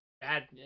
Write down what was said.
bad